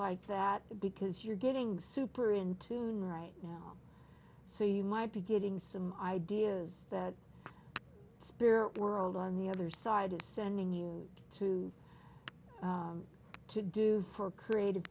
like that because you're getting super in tune right now so you might be getting some ideas that spirit world on the other side is sending you to to do for creative